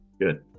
good